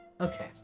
Okay